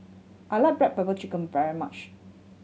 I like black pepper chicken very much